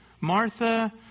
Martha